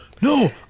No